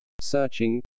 Searching